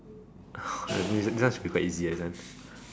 this one is super easy this one